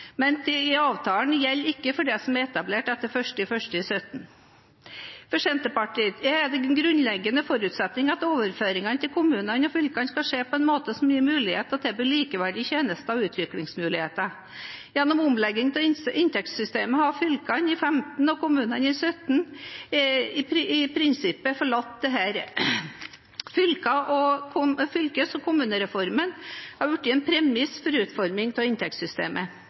men avtalen gjelder ikke for det som er etablert etter 1. januar 2017. For Senterpartiet er det en grunnleggende forutsetning at overføringene til kommunene og fylkene skal skje på en måte som gir muligheter til å tilby likeverdige tjenester og utviklingsmuligheter. Gjennom omleggingen av inntektssystemet for fylkene i 2015 og for kommunene i 2017 er prinsippet forlatt. Fylkes- og kommunereformen har blitt en premiss for utformingen av inntektssystemet.